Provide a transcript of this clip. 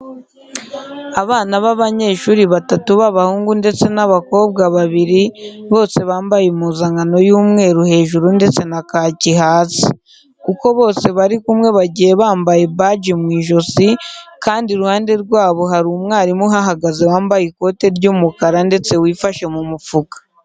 Abana b'abanyeshuri batatu b'abahungu ndetse n'abakobwa babiri, bose bambaye impuzankano y'umweru hejuru ndetse na kaki hasi. Uko bose bari kumwe bagiye bambaye baji mu ijosi kandi iruhande rwabo hari umwarimu uhahagaze wambaye ikotse ry'umukara ndetse wifashe mu mufuka.